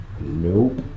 Nope